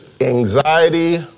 anxiety